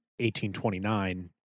1829